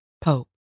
Pope